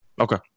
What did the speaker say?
Okay